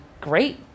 great